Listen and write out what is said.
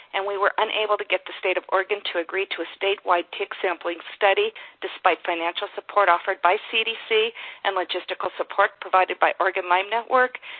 and we were unable to get the state of oregon to agree to a statewide tick sampling study despite financial support offered by cdc and logistical support provided by oregon lyme network,